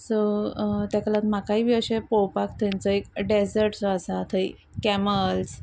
so ताका लागून म्हाकाय बी अशे पळोवपाक थंयचो एक डॅजर्ट जो आसा थंय कॅमल्स